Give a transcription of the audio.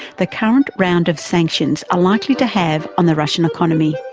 the current rounds of sanctions are likely to have on the russian economy.